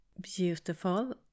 beautiful